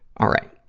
all right,